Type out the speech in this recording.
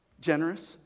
generous